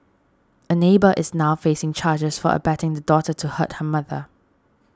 a neighbour is now facing charges for abetting the daughter to hurt her mother